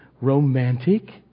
romantic